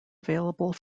available